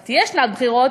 היא תהיה שנת בחירות,